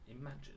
imagine